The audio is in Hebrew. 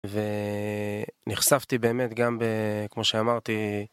ונחשפתי באמת גם, כמו שאמרתי.